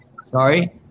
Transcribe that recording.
sorry